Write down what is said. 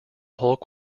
hulk